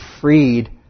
freed